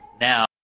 Now